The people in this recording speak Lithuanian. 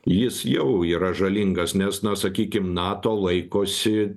jis jau yra žalingas nes na sakykim nato laikosi